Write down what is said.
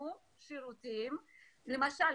הוקמו שירותים --- מה ההיקף של השירותים האלה?